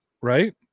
right